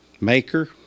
Maker